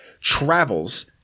travels